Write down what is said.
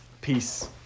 Peace